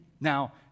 Now